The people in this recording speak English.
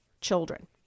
children